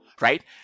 right